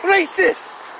Racist